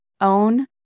own